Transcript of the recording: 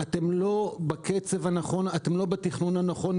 אתם לא בקצב הנכון, אתם לא בתכנון הנכון.